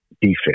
defense